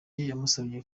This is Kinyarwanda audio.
yamusabye